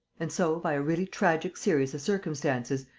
and so, by a really tragic series of circumstances,